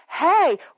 hey